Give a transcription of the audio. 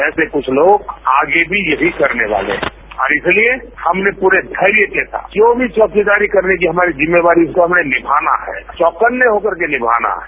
ऐसे कुछ लोग आगे भी यही करने वाले हैं और इसीलिए हमने पूरे धेर्य के साथ जो भी चौकीदारी करने की हमारी जिम्मेवारी है उसको हमने निभाना है चौकन्ने होकर निभाना है